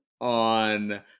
on